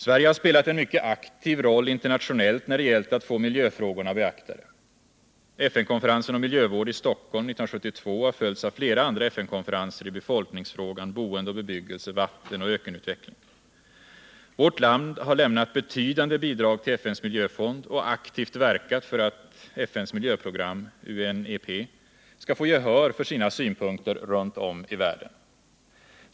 Sverige har spelat en mycket aktiv roll internationellt när det gällt att få miljöfrågorna beaktade. FN-konferensen om miljövård i Stockholm 1972 har följts av flera andra FN-konferenser om befolkningsfrågan, om boende och bebyggelse samt om vatten och ökenutveckling. Vårt land har lämnat betydande bidrag till FN:s miljöfond och aktivt verkat för att FN:s miljöprogram, UNEP, skall få gehör för sina synpunkter runt om i världen.